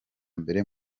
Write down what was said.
mbere